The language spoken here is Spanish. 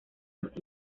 los